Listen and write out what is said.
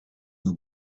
nią